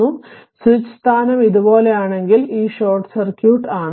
അതിനാൽ സ്വിച്ച് സ്ഥാനം ഇതുപോലെയാണെങ്കിൽ അത് ഷോർട്ട് സർക്യൂട്ട് ആണ്